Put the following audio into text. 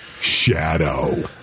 Shadow